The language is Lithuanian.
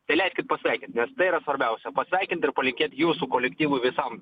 tai leiskit pasveikint nes tai yra svarbiausia pasveikint ir palinkėti jūsų kolektyvui visam